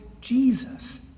Jesus